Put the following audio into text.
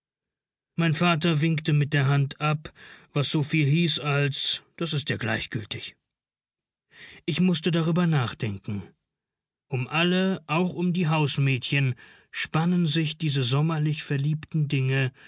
mein vater winkte mit der hand ab was so viel hieß als das ist ja gleichgültig ich mußte darüber nachdenken um alle auch um die hausmädchen spannen sich diese sommerlich verliebten dinge